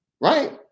right